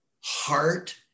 heart